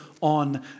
on